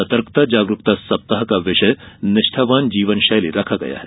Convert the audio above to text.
सतर्कता जागरूकता सप्ताह का विषय निष्ठावान जीवन शैली रखा गया है